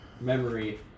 memory